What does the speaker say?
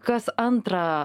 kas antrą